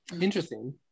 interesting